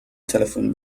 telephone